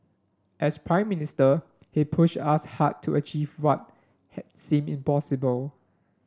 as Prime Minister he pushed us hard to achieve what had seemed impossible